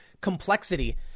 complexity